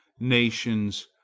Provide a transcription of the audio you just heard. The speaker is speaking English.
nations,